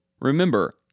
Remember